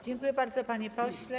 Dziękuję bardzo, panie pośle.